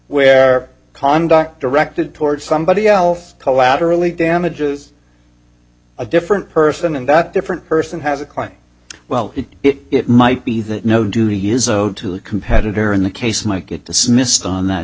where conduct directed towards somebody else collaterally damages a different person and that different person has a client well it might be that no duty is owed to a competitor in the case might get dismissed on that